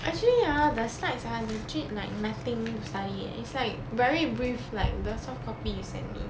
actually ah the slides are legit like nothing to study eh it's like very brief like the soft copy you sent me